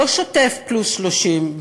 לא שוטף פלוס 30,